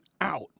out